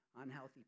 unhealthy